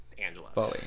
Angela